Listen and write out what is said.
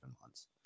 months